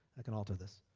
i can alter this.